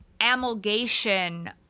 amalgamation